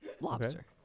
lobster